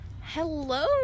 Hello